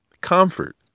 comfort